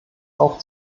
auch